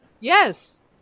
yes